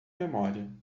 memória